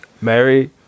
Mary